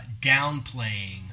downplaying